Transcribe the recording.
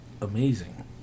Amazing